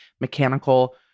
Mechanical